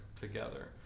together